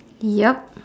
yup